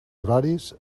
horaris